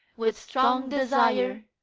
with strong desire,